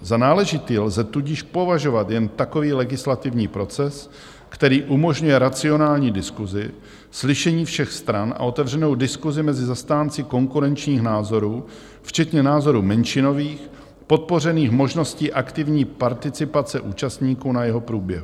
Za náležitý lze tudíž považovat jen takový legislativní proces, který umožňuje racionální diskusi, slyšení všech stran a otevřenou diskusi mezi zastánci konkurenčních názorů, včetně názorů menšinových, podpořených možností aktivní participace účastníků na jeho průběhu.